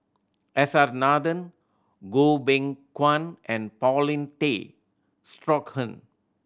S R Nathan Goh Beng Kwan and Paulin Tay Straughan